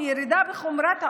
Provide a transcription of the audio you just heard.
וירידה בחומרת העוני.